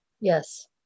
Yes